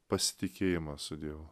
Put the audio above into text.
pasitikėjimą su dievu